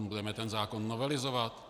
Budeme ten zákon novelizovat?